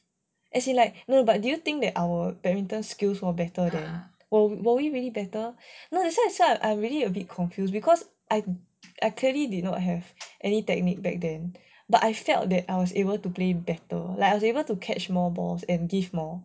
as in like no but do you think that our badminton skills were better then were we really better no actually that's why I said I'm really a bit confused because I clearly did not have any technique back then but I felt that I was able to play better like I was able to catch more balls and give more